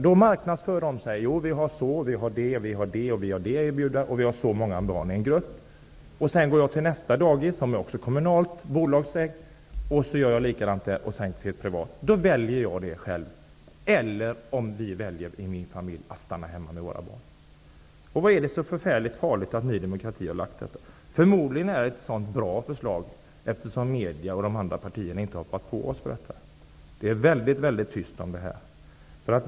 Då marknadsför dagiset sig och berättar vad det har för erbjudanden och hur många barn det finns i grupperna. Sedan går jag till nästa dagis, som också är kommunalt och bolagsägt, och gör likadant där. Sedan går jag till ett privat dagis. Då väljer jag själv. Vi kan i min familj också välja att stanna hemma med våra barn. Vad är det som är så förfärligt farligt med att Ny demokrati har lagt fram detta förslag? Eftersom medierna och de andra partierna inte har hoppat på oss för detta är det förmodligen ett bra förslag. Det är väldigt tyst om det.